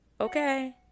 okay